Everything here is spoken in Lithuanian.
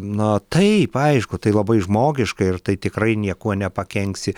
na taip aišku tai labai žmogiška ir tai tikrai niekuo nepakenksi